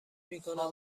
میکنم